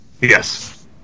Yes